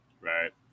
right